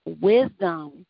Wisdom